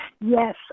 yes